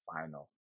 Final